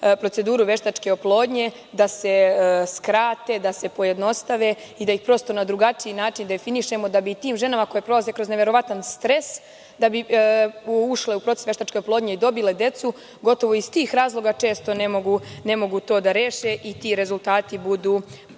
proces veštačke oplodnje, da se skrate, pojednostave, i da ih prosto na drugačiji način definišemo, da bi tim ženama koje prolaze kroz neverovatan stres, da bi ušle u proces veštačke oplodnje i dobile decu, gotovo iz tih razloga ne mogu to da reše i ti rezultati budu